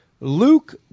Luke